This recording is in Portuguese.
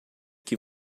que